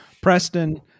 Preston